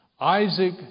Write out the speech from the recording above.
Isaac